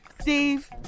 Steve